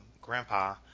Grandpa